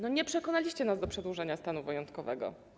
Nie przekonaliście nas do przedłużenia stanu wyjątkowego.